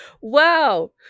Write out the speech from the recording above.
wow